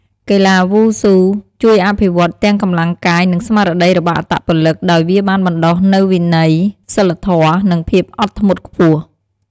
កីឡាវ៉ូស៊ូជួយអភិវឌ្ឍទាំងកម្លាំងកាយ និងស្មារតីរបស់អត្តពលិកដោយវាបានបណ្ដុះនូវវិន័យ សីលធម៌ និងភាពអត់ធ្មត់ខ្ពស់។